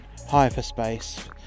hyperspace